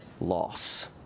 loss